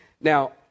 Now